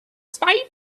zwei